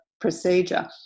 procedure